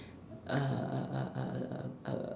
uh uh uh uh uh uh